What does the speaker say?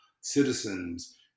citizens